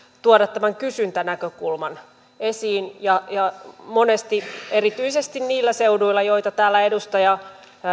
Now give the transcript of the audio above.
tuoda tämän kysyntänäkökulman esiin monesti erityisesti niillä seuduilla joita täällä edustaja